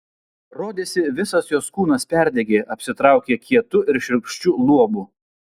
rodėsi visas jos kūnas perdegė apsitraukė kietu ir šiurkščiu luobu